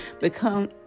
become